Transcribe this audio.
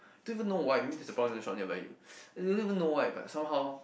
don't even know why maybe the prawn noodle shop nearby you don't even know why but somehow